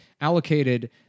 allocated